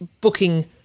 booking